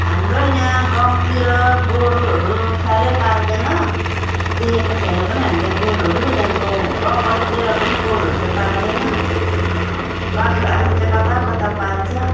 हाम्रो यहाँ गाउँतिर गोरुहरू साह्रै पाल्दैन देखेको छैन पनि हामीले गोरुहरू यहाँ गाउँबस्तीतिर पनि गोरुहरू त पाल्दैन बाख्राहरू चाहिँ कता कता पाल्छ